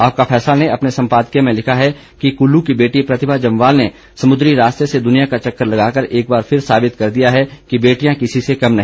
आपका फैसला ने अपने संपादकीय में लिखा है कि कुल्लू की बेटी प्रतिभा जम्वाल ने समुद्री रास्ते से दुनिया का चक्कर लगाकर एक बार फिर साबित कर दिया है कि बेटियां किसी से कम नहीं